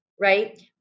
right